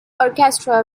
orchestra